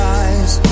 eyes